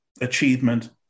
achievement